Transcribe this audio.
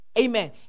Amen